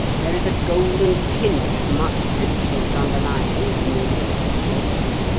there is a golden tint of much richness underlying, when you look closely.